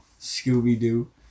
Scooby-Doo